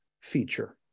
feature